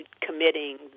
committing